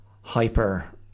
hyper